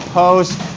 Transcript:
post